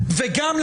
וגם,